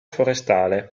forestale